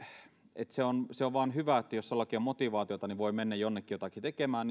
että se on se on vaan hyvä että jos jollakin on motivaatiota niin voi mennä jonnekin jotakin tekemään